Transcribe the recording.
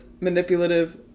manipulative